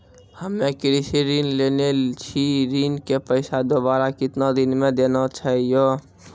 हम्मे कृषि ऋण लेने छी ऋण के पैसा दोबारा कितना दिन मे देना छै यो?